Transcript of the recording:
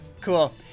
Cool